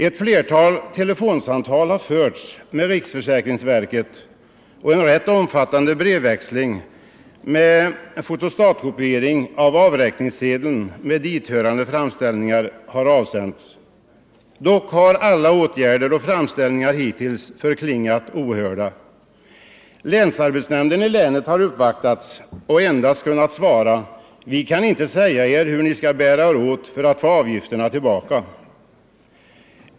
Ett flertal telefonsamtal har förts med riksförsäkringsverket och en rätt omfattande brevväxling med fotostatkopiering av avräkningssedeln med dithörande framställningar har ägt rum. Dock har alla åtgärder hittills varit förgäves och alla framställningar förklingat ohörda. Länsarbetsnämnden har uppvaktats men endast kunnat svara: Vi kan inte säga hur ni skall göra för att få avgifterna tillbaka.